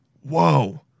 Whoa